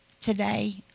today